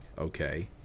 okay